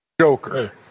Joker